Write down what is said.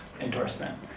endorsement